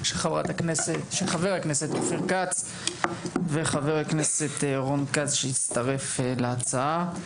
של חה"כ אופיר כץ וחה"כ רון כץ שהצטרף להצעה.